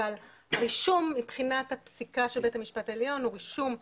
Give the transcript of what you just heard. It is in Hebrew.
אבל רישום מבחינת הפסיקה של בית המשפט העליון הוא רישום עובדתי,